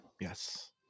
yes